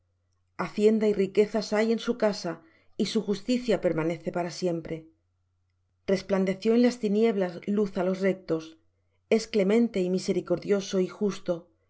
hacienda y riquezas hay en su casa y su justicia permanece para siempre resplandeció en las tinieblas luz á los rectos es clemente y misericordioso y justo